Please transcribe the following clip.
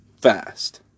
fast